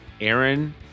Aaron